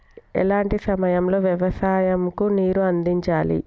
ఎలాంటి సమయం లో వ్యవసాయము కు నీరు అందించాలి?